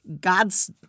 God's